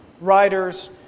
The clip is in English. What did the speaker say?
writers